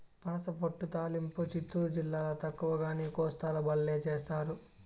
పనసపొట్టు తాలింపు చిత్తూరు జిల్లాల తక్కువగానీ, కోస్తాల బల్లే చేస్తారు